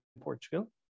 Portugal